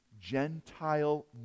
Gentile